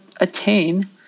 attain